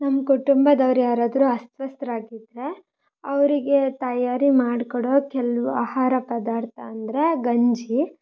ನಮ್ಮ ಕುಟುಂಬದವರು ಯಾರಾದರೂ ಅಸ್ವಸ್ಥರಾಗಿದ್ದರೆ ಅವರಿಗೆ ತಯಾರಿ ಮಾಡಿಕೊಡೋ ಕೆಲವು ಆಹಾರ ಪದಾರ್ಥ ಅಂದರೆ ಗಂಜಿ